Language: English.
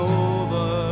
over